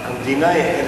על כל פנים,